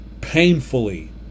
painfully